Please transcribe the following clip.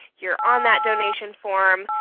you're on that donation form,